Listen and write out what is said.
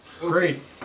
Great